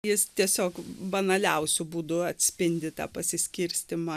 jis tiesiog banaliausiu būdu atspindi tą pasiskirstymą